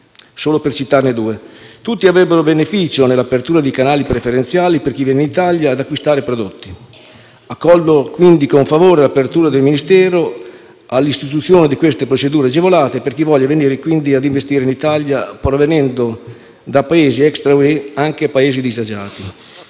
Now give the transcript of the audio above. solo per citarne due. Tutti avrebbero beneficio nell'apertura di canali preferenziali per chi viene in Italia ad acquistare prodotti. Accolgo quindi con favore l'apertura del Ministero all'istituzione di queste procedure agevolate per chi voglia venire ad investire in Italia provenendo da Paesi *extra* UE, anche disagiati.